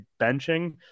benching